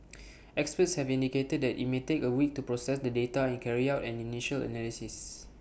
experts have indicated that IT may take A week to process the data and carry out an initial analysis